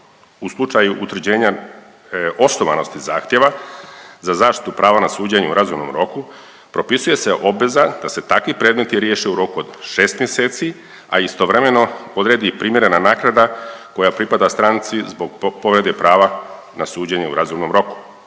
U slučaju utvrđenja osnovanosti zahtjeva za zaštitu prava na suđenje u razumnom roku propisuje se obveza da se takvi predmeti riješe u roku od šest mjeseci, a istovremeno odredi i primjerena naknada koja pripada stranci zbog povrede prava na suđenje u razumnom roku.